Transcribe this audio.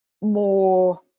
more